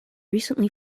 recently